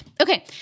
Okay